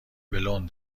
بلوند